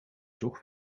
toch